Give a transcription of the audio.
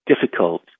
difficult